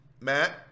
Matt